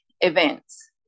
events